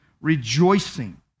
rejoicing